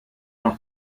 noch